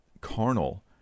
carnal